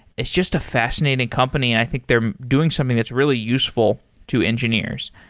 it's just a fascinating company and i think they're doing something that's really useful to engineers.